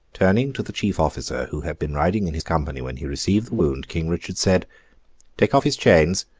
turning to the chief officer who had been riding in his company when he received the wound, king richard said take off his chains,